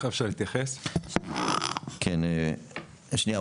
יובל, קודם כל אתה צודק.